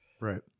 Right